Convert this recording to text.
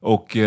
Och